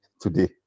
today